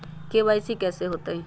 KYC कैसे होतई?